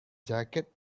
jacket